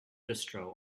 distro